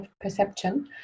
perception